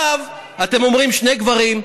עכשיו אתם אומרים: שני גברים,